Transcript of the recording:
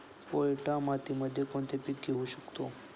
पोयटा मातीमध्ये कोणते पीक घेऊ शकतो?